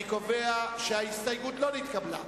אני קובע שההסתייגות לא נתקבלה.